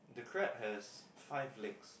the crab has five legs